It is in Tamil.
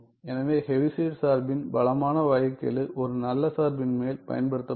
எனவே ஹெவிசைட் சார்பின் பலமான வகைக்கெழு ஒரு நல்ல சார்பின் மேல் பயன்படுத்தப்பட்டது